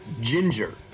Ginger